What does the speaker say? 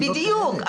בדיוק.